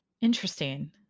Interesting